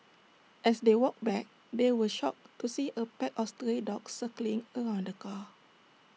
as they walked back they were shocked to see A pack of stray dogs circling around the car